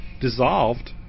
dissolved